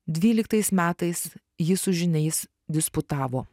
dvyliktais metais ji su žiniais disputavo